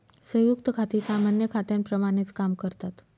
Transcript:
संयुक्त खाती सामान्य खात्यांप्रमाणेच काम करतात